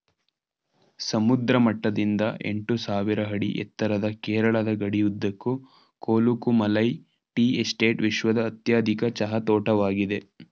ಸಮುದ್ರ ಮಟ್ಟದಿಂದ ಎಂಟುಸಾವಿರ ಅಡಿ ಎತ್ತರದ ಕೇರಳದ ಗಡಿಯುದ್ದಕ್ಕೂ ಕೊಲುಕುಮಾಲೈ ಟೀ ಎಸ್ಟೇಟ್ ವಿಶ್ವದ ಅತ್ಯಧಿಕ ಚಹಾ ತೋಟವಾಗಿದೆ